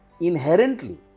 inherently